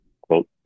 quote